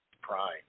prime